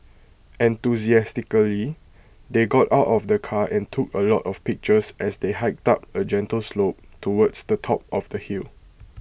enthusiastically they got out of the car and took A lot of pictures as they hiked up A gentle slope towards the top of the hill